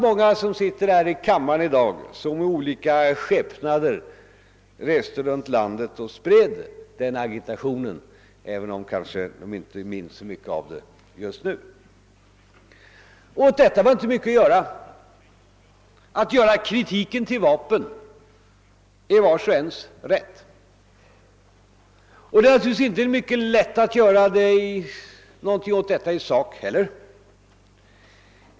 Många som sitter här i kammaren i dag reste i olika skepnader runt landet och spred denna agitation, även om de just nu kanske inte minns så mycket därav. Åt allt detta fanns inte mycket att göra. Att göra kritiken till vapen är vars och ens rätt. Och det är naturligtvis inte lätt att göra något åt detta i sak heller.